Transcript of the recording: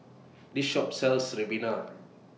This Shop sells Ribena